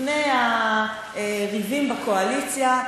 לפני הריבים בקואליציה,